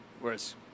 whereas